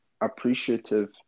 appreciative